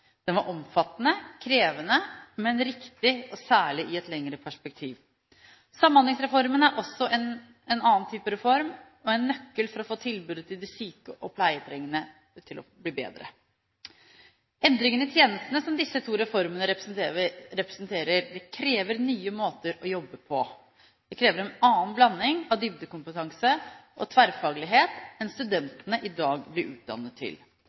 Den var omfattende og krevende, men riktig – og særlig sett i et lengre perspektiv. Samhandlingsreformen er en annen type reform og en nøkkel for å få tilbudet til de syke og pleietrengende til å bli bedre. Endringene i tjenestene som disse to reformene representerer, krever nye måter å jobbe på. Det krever en annen blanding av dybdekompetanse og tverrfaglighet enn det studentene i dag blir utdannet til,